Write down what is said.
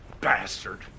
Bastard